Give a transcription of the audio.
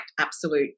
absolute